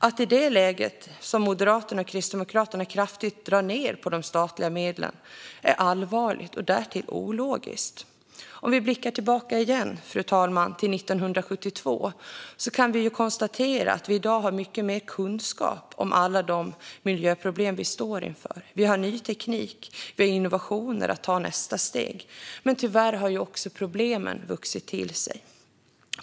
Att i det läget göra som Moderaterna och Kristdemokraterna och kraftigt dra ned på de statliga medlen är allvarligt och därtill ologiskt. Fru talman! Låt oss åter blicka tillbaka till 1972. Vi kan konstatera att vi i dag har mycket mer kunskap om alla de miljöproblem vi står inför. Vi har ny teknik, och vi har innovationer för att ta nästa steg. Men tyvärr har också problemen vuxit till sig.